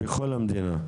בכל המדינה.